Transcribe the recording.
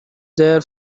there